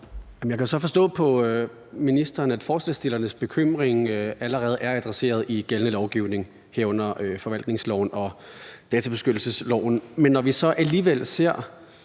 Jeg kan så forstå på ministeren, at forslagsstillernes bekymring allerede er adresseret i gældende lovgivning, herunder forvaltningsloven og databeskyttelsesloven. Men når vi så alligevel ser